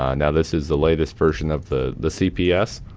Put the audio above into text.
um now, this is the latest version of the the cps,